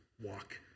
walk